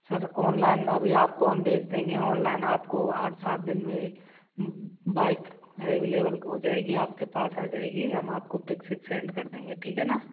sir online अभी आपको हम भेज देंगे ऑनलाइन आपको आठ सात दिन में बाइक एवैलेबल हो जाएगी आपके पास आ जाएगी हम आपको पीक्सिक सेंड कर देंगे ठीक है ना